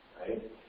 Right